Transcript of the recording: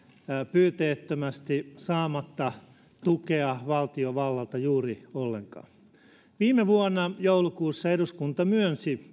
pyyteettömästi saamatta tukea valtiovallalta juuri ollenkaan viime vuonna joulukuussa eduskunta myönsi